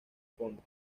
ponto